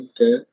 Okay